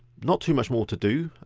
not too much more to do,